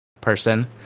person